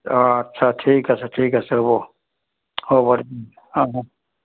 অঁ আচ্ছা ঠিক আছে ঠিক আছে হ'ব হ'ব